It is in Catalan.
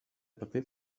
paper